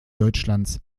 deutschlands